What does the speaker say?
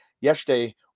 yesterday